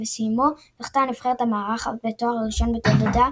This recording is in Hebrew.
ובסיומו זכתה הנבחרת המארחת בתואר הראשון בתולדותיה